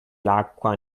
l’acqua